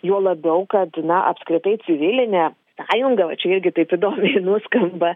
juo labiau kad na apskritai civilinė sąjunga va čia irgi taip įdomiai nuskamba